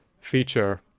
feature